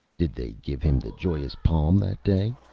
did they give him the joyous palm that day?